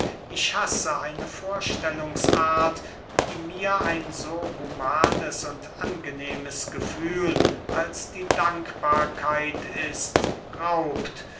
ich hasse eine vorstellungsart die mir ein so humanes und angenehmes gefühl als die dankbarkeit ist raubt